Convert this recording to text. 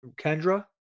Kendra